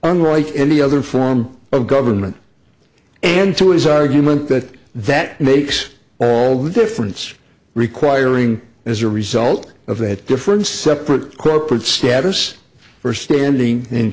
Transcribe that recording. royce any other form of government into his argument that that makes all the difference requiring as a result of that difference separate corporate status for standing